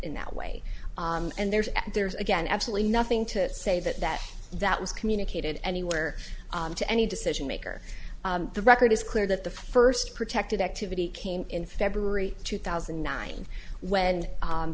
in that way and there's there's again absolutely nothing to say that that that was communicated anywhere to any decision maker the record is clear that the first protected activity came in february two thousand and nine when